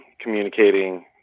communicating